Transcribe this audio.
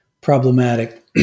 problematic